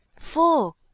four